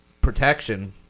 protection